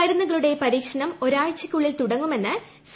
മരുന്നുകളുടെ പരീക്ഷണം ഒരാഴ്ചയ്ക്കുള്ളിൽ തുടങ്ങുമെന്ന് സി